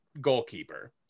goalkeeper